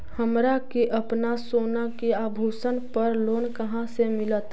हमरा के अपना सोना के आभूषण पर लोन कहाँ से मिलत?